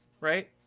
right